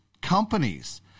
companies